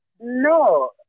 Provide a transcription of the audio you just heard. No